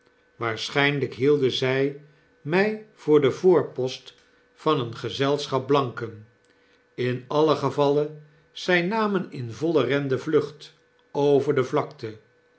waarschynlyk hielden zy mij voor den voorpost van een gezelschap blanken in alien gevalle zy namen in vollen ren de vlucht over de vlakte